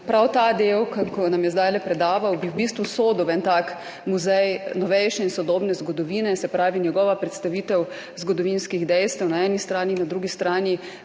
Prav ta del, ki nam ga je zdajle predaval, bi v bistvu sodil v en tak muzej novejše in sodobne zgodovine, se pravi, njegova predstavitev zgodovinskih dejstev na eni strani, na drugi strani